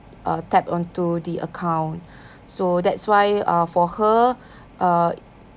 uh tap onto the account so that's why uh for her uh